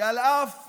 שאף על פי